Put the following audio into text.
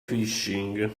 phishing